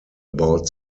about